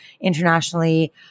internationally